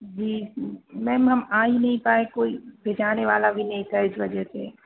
जी ma'am हम आ ही नहीं पाए कोई भी जाने वाला भी नहीं था इस वजह से